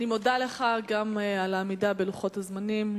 אני מודה לך, גם על העמידה בלוח הזמנים.